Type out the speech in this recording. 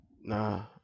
nah